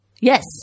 Yes